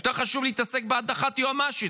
יותר חשוב להתעסק בהדחת היועמ"שית,